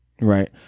right